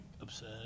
upset